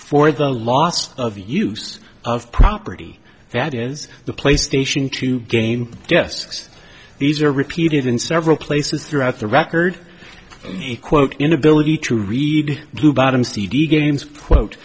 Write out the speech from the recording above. for the last of use of property that is the play station two game desks these are repeated in several places throughout the record a quote inability to read blue bottoms t d games quote